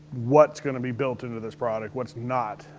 what's gonna be built into this products, what's not.